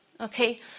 Okay